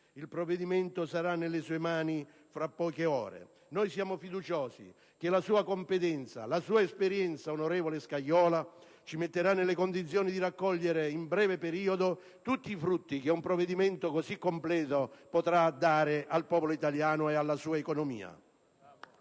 il provvedimento sarà nelle sue mani tra poche ore e siamo fiduciosi che la sua competenza e la sua esperienza, onorevole Scajola, ci metteranno nelle condizioni di raccogliere nel breve periodo tutti i frutti che un disegno di legge così completo potrà dare al popolo italiano e alla sua economia.